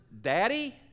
Daddy